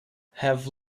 have